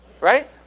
right